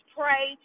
pray